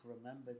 remember